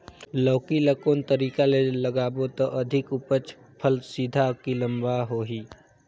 लौकी ल कौन तरीका ले लगाबो त अधिक उपज फल सीधा की लम्बा होही?